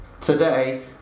today